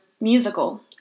musical